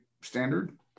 standard